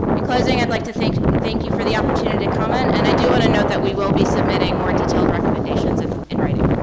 in closing, i would like to thank thank you for the opportunity to comment and i do want to note we will be submitting more detailed recommendations and in writing.